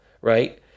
right